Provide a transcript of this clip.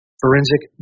forensic